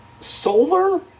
solar